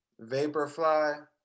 Vaporfly